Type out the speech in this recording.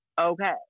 okay